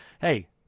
hey